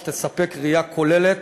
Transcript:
שתספק ראייה כוללת